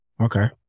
Okay